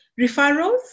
Referrals